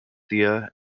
thea